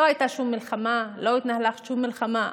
לא הייתה שום מלחמה, לא התנהלה שום מלחמה.